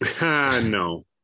No